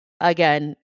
again